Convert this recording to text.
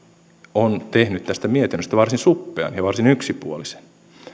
on tehnyt tästä mietinnöstä varsin suppean ja varsin yksipuolisen